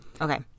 Okay